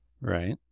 Right